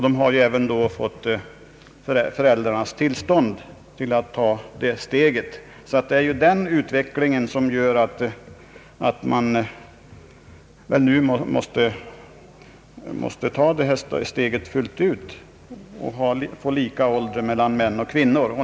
De har ju även då fått föräldrarnas tillstånd att ta det steget. Det är den utvecklingen som gör att man nu måste acceptera lika ålder för män och kvinnor.